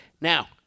Now